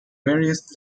various